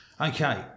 Okay